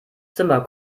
zimmer